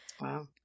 Wow